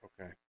Okay